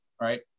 right